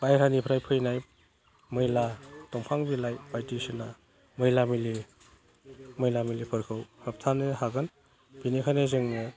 बायह्रानिफ्राय फैनाय मैला दंफां बिलाइ बायदिसिना मैला मैलिफोरखौ होबथानो हागोन बेनिखायनो जोङो